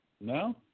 no